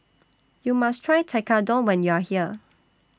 YOU must Try Tekkadon when YOU Are here